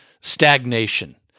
stagnation